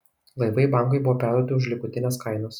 laivai bankui buvo perduoti už likutines kainas